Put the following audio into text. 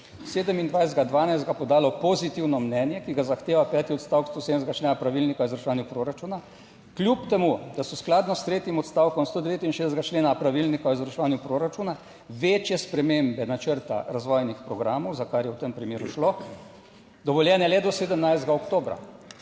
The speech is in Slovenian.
27. 12. podalo pozitivno mnenje, ki ga zahteva peti odstavek 170. člena pravilnika o izvrševanju proračuna kljub temu, da so skladno s tretjim odstavkom 169. člena pravilnika o izvrševanju proračuna, večje spremembe načrta razvojnih programov…" - za kar je v tem primeru šlo, "…dovoljene le do 17. oktobra."